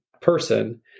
person